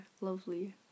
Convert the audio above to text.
lovely